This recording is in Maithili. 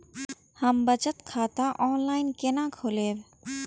हम बचत खाता ऑनलाइन केना खोलैब?